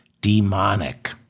demonic